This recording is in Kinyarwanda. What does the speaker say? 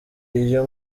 iyo